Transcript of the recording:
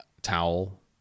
towel